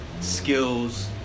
Skills